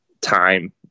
time